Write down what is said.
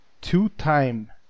two-time